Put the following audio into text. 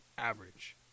average